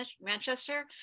Manchester